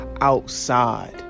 outside